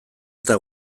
eta